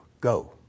Go